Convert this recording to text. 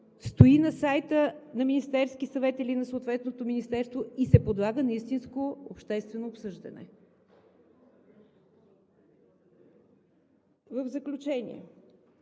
стои на сайта на Министерския съвет или на съответното министерство и се подлага на истинско обществено обсъждане? В заключение,